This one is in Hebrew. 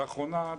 לאחרונה,